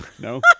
No